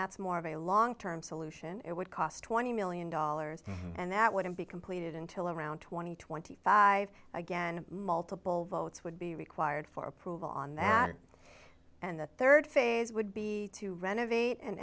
that's more of a long term solution it would cost twenty million dollars and that wouldn't be completed until around two thousand and twenty five again multiple votes would be required for approval on that and the rd phase would be to renovate and